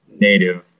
native